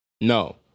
No